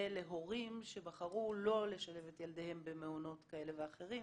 ולהורים שבחרו לא לשלב את ילדיהם במעונות כאלה ואחרים,